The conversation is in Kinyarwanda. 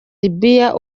libiya